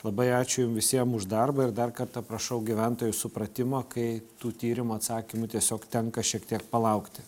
labai ačiū jum visiem už darbą ir dar kartą prašau gyventojų supratimo kai tų tyrimų atsakymų tiesiog tenka šiek tiek palaukti